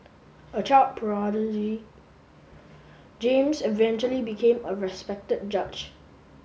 a child prodigy James eventually became a respected judge